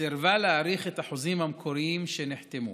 סירבה להאריך את החוזים המקוריים שנחתמו.